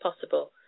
possible